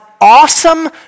awesome